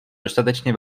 dostatečně